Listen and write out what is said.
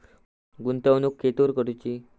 गुंतवणुक खेतुर करूची?